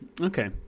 Okay